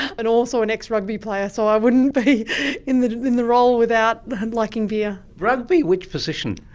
and also an ex-rugby player, so i wouldn't be in the in the role without liking beer. rugby? which position?